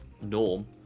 norm